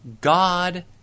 God